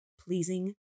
pleasing